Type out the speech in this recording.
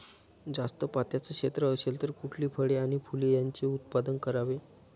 जास्त पात्याचं क्षेत्र असेल तर कुठली फळे आणि फूले यांचे उत्पादन करावे?